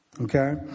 okay